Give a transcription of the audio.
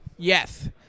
Yes